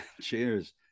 Cheers